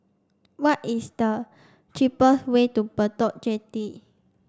what is the cheapest way to Bedok Jetty